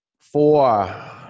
Four